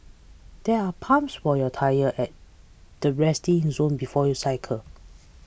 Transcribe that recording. there are pumps for your tyres at the resting zone before you cycle